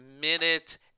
minute